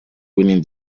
winning